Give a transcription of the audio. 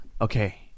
Okay